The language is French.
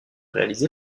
réalisé